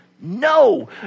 No